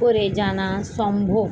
করে জানা সম্ভব?